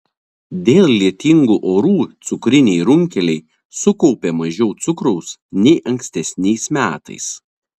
dėl lietingų orų cukriniai runkeliai sukaupė mažiau cukraus nei ankstesniais metais